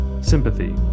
Sympathy